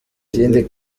ikindi